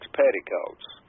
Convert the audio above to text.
petticoats